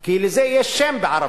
כי לזה יש שם בערבית: